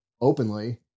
openly